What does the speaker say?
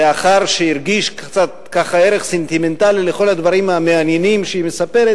לאחר שהרגיש ככה קצת ערך סנטימנטלי לכל הדברים המעניינים שהיא מספרת,